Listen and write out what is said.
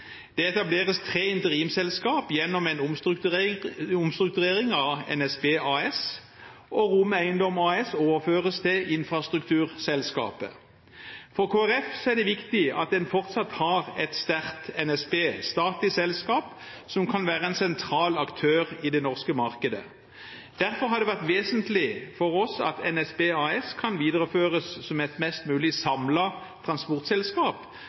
Det etableres tre interimsselskap gjennom en omstrukturering av NSB AS, og ROM Eiendom AS overføres til infrastrukturselskapet. For Kristelig Folkeparti er det viktig at en fortsatt har et sterkt NSB, et statlig selskap, som kan være en sentral aktør i det norske markedet. Derfor har det vært vesentlig for oss at NSB AS kan videreføres som et mest mulig samlet transportselskap,